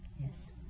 yes